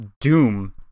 doom